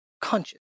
conscious